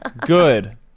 Good